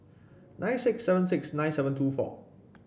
nine six seven six nine seven two four